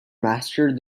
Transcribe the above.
mastered